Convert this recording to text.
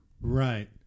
Right